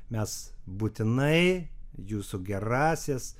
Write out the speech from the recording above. mes būtinai jūsų gerąsias